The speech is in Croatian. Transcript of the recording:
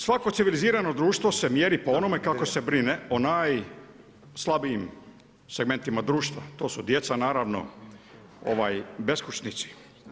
Svako civilizirano društvo se mjeri po onome kako se brine o najslabijim segmentima društva, to su djeca naravno beskućnici.